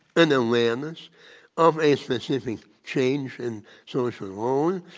an awareness of a specific change in social role,